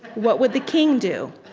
what would the king do?